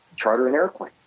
charter an airplane,